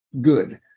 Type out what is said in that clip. good